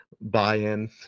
buy-in